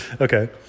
okay